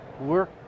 work